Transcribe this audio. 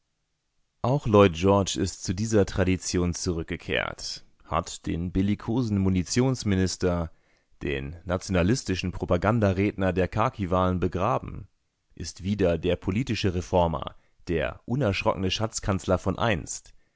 auch lloyd george ist zu dieser tradition zurückgekehrt hat den bellikosen munitionsminister den nationalistischen propagandaredner der khakiwahlen begraben ist wieder der politische reformer der unerschrockene schatzkanzler von einst